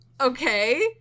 Okay